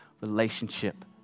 relationship